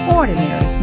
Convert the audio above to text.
ordinary